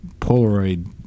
Polaroid